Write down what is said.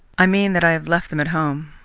i mean that i have left them at home.